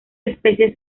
especies